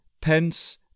Pence